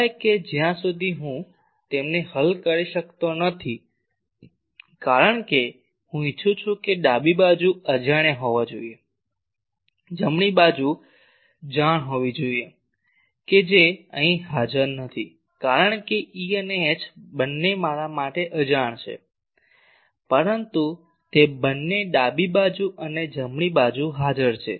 સિવાય કે જ્યાં સુધી હું તેમને હલ કરી શકતો નથી કારણ કે હું ઇચ્છું છું કે ડાબી બાજુ અજાણ્યા હોવા જોઈએ જમણી બાજુ જાણ હોવી જોઈએ કે જે અહીં હાજર નથી કારણ કે E અને H બંને મારા માટે અજાણ છે પરંતુ તે બંને ડાબી બાજુ અને જમણી બાજુ હાજર છે